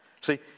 See